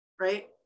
right